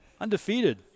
undefeated